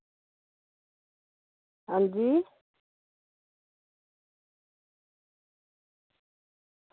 आं जी